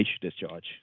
discharge